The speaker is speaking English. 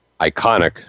iconic